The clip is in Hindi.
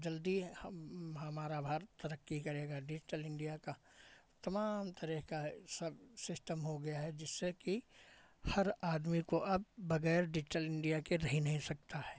जल्दी हम हमारा भारत तरक्की करेगा डिज़िटल इंडिया का तमाम तरह का सब सिस्टम हो गया है जिससे कि हर आदमी को अब बगैर डिज़िटल इंडिया के रह ही नहीं सकता है